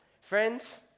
friends